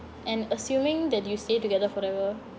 and assuming that you stay together forever